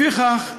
לפיכך,